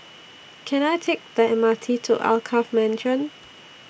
Can I Take The M R T to Alkaff Mansion